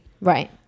Right